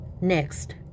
Next